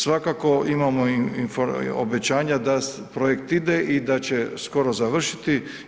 Svakako imamo obećanja da projekt ide i da će skoro završiti.